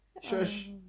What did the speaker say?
shush